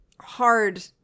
Hard